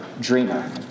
dreamer